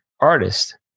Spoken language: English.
artist